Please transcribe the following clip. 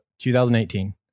2018